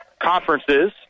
conferences